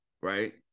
right